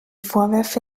vorwürfe